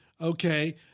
okay